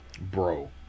bro